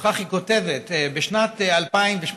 וכך היא כותבת: בשנת 2018,